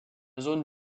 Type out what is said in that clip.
zone